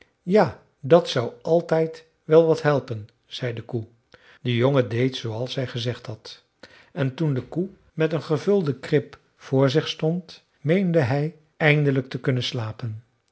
ja dat zou altijd wel wat helpen zei de koe de jongen deed zooals hij gezegd had en toen de koe met een gevulde krib voor zich stond meende hij eindelijk te kunnen slapen